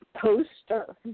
poster